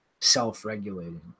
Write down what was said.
self-regulating